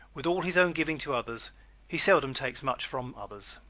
with all his own giving to others he seldom takes much from others.